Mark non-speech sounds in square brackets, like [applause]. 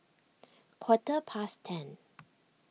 quarter past ten [noise]